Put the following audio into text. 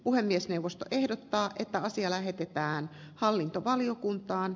puhemiesneuvosto ehdottaa että asia lähetetään hallintovaliokuntaan